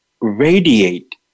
radiate